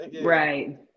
right